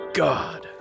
god